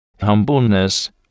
humbleness